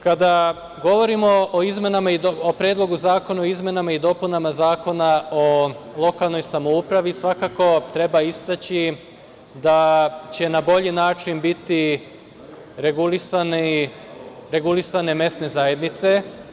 Kada govorimo o Predlogu zakona o izmenama i dopunama Zakona o lokalnoj samoupravi, svakako treba istaći da će na bolji način biti regulisane mesne zajednice.